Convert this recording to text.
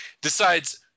decides